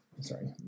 sorry